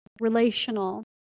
relational